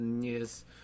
Yes